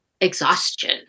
exhaustion